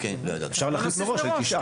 אפשר להחליט מראש על תשעה.